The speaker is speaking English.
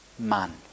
man